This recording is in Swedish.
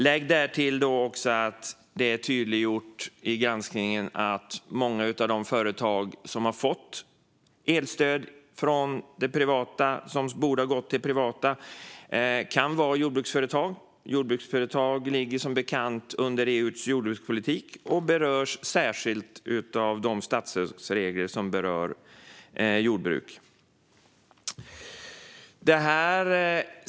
Lägg därtill att det är tydliggjort i granskningen att många av de företag som har fått elstöd som borde ha gått till privatpersoner kan vara jordbruksföretag. Dessa ligger som bekant under EU:s jordbrukspolitik och berörs särskilt av de statsstödsregler som gäller jordbruk.